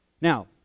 Now